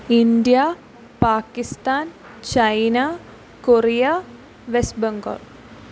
India Pakistan China Korea West Bengal